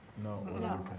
No